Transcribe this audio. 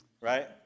Right